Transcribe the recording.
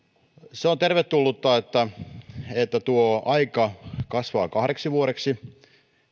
se on tervetullutta että tuo aika kasvaa kahdeksi vuodeksi